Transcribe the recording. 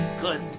good